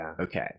Okay